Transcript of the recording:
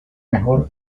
mejor